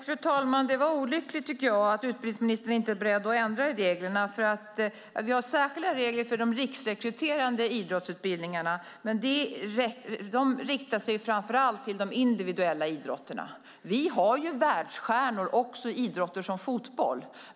Fru talman! Det är olyckligt, tycker jag, att utbildningsministern inte är beredd att ändra i reglerna. Vi har särskilda regler för de riksrekryterande idrottsutbildningarna, men de inriktar sig framför allt på de individuella idrotterna. Vi har ju världsstjärnor också i idrotter som fotboll.